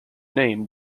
name